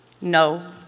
No